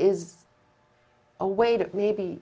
is a way that maybe